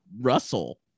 Russell